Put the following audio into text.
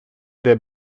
der